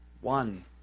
One